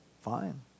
Fine